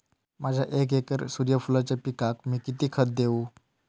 माझ्या एक एकर सूर्यफुलाच्या पिकाक मी किती खत देवू?